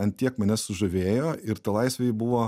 ant tiek mane sužavėjo ir ta laisvė ji buvo